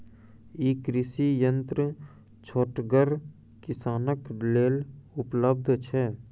ई कृषि यंत्र छोटगर किसानक लेल उपलव्ध छै?